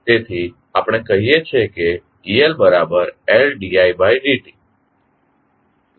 તેથી આપણે કહીએ છીએeLtLdidt